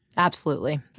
absolutely,